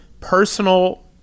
personal